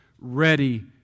ready